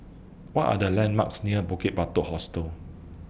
What Are The landmarks near Bukit Batok Hostel